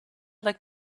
like